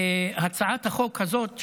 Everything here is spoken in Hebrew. הצעת החוק הזאת,